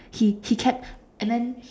he he kept and then